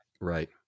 Right